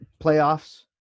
playoffs